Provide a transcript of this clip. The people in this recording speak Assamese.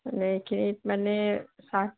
মানে সেইখিনিত মানে চাহ